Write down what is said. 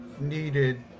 needed